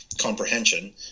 comprehension